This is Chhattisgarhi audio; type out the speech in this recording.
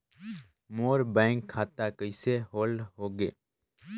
मोर बैंक खाता कइसे होल्ड होगे?